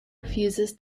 refuses